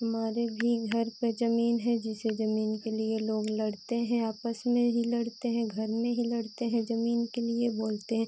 हमारे भी घर पर ज़मीन है जिस ज़मीन के लिए लोग लड़ते हैं आपस में ही लड़ते हैं घर में ही लड़ते हैं ज़मीन के लिए बोलते हैं